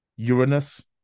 uranus